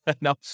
No